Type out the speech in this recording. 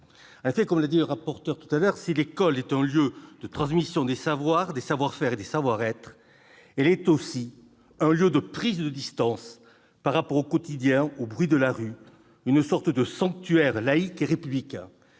des tyrannies de l'instant. En effet, si l'école est un lieu de transmission des savoirs, des savoir-faire et des savoir-être, elle est aussi un lieu de prise de distance par rapport au quotidien, au bruit de la rue, une sorte de sanctuaire laïque et républicain.